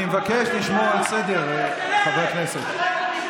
אני מבקש לשמור על סדר, חברי הכנסת.